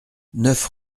neuf